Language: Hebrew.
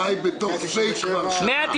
הוא חי בתוך פייק כבר שנה.